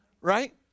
Right